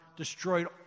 destroyed